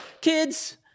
Kids